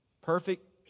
perfect